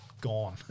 gone